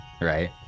right